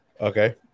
Okay